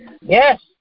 Yes